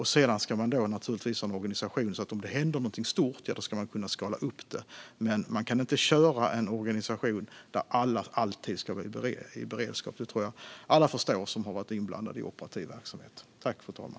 Man ska naturligtvis ha en organisation så att man kan skala upp det hela om det händer någonting stort, men man kan inte köra en organisation där alla alltid ska vara i beredskap - detta tror jag att alla som har varit inblandade i operativ verksamhet förstår.